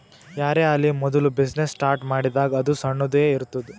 ಯಾರೇ ಆಲಿ ಮೋದುಲ ಬಿಸಿನ್ನೆಸ್ ಸ್ಟಾರ್ಟ್ ಮಾಡಿದಾಗ್ ಅದು ಸಣ್ಣುದ ಎ ಇರ್ತುದ್